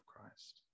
Christ